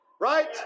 Right